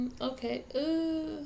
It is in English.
Okay